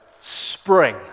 spring